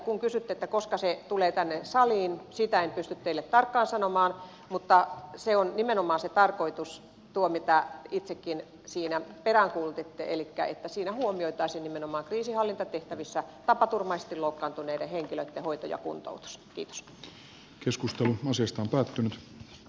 kun kysyitte koska se tulee tänne saliin sitä en pysty teille tarkkaan sanomaan mutta se on nimenomaan se tarkoitus tuo mitä itsekin siinä peräänkuulutitte elikkä että siinä huomioitaisiin nimenomaan kriisinhallintatehtävissä tapaturmaisesti loukkaantuneiden henkilöiden hoito ja kuntoutus